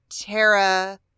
Tara